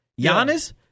Giannis